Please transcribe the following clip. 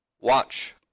watch